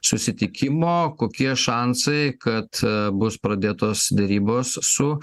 susitikimo kokie šansai kad bus pradėtos derybos su